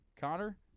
Connor